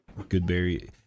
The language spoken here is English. Goodberry